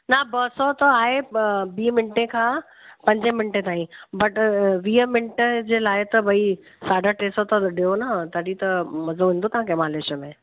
न ॿ सौ त आहे ॿी मिंटे खां पंजे मिंटे ताईं बट वीह मिंट जे लाइ त भई साढा टे सौ त ॾियो न तॾहिं त मज़ो ईंदो तव्हांखे मालिश में